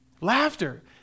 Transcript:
laughter